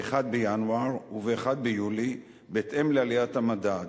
ב-1 בינואר וב-1 ביולי, בהתאם לעליית המדד.